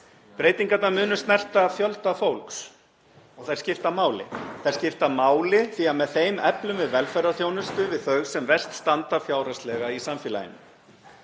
Breytingarnar munu snerta fjölda fólks og þær skipta máli. Þær skipta máli því með þeim eflum við velferðarþjónustu við þau sem verst standa fjárhagslega í samfélaginu.